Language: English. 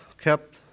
kept